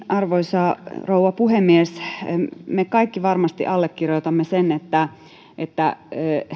arvoisa rouva puhemies me kaikki varmasti allekirjoitamme sen että että